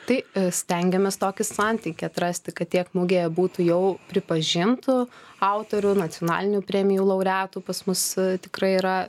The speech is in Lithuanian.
tai stengiamės tokį santykį atrasti kad tiek mugėje būtų jau pripažintų autorių nacionalinių premijų laureatų pas mus tikrai yra